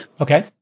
Okay